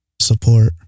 support